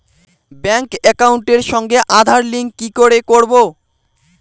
Bank একাউন্টের সঙ্গে Aadhaar link কি করে করবো?